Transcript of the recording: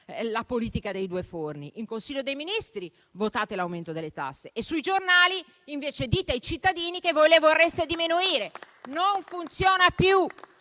la politica dei due forni: in Consiglio dei ministri votate l'aumento delle tasse e sui giornali invece dite ai cittadini che voi le vorreste diminuire. Non funziona più.